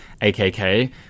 AKK